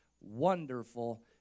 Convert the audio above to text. wonderful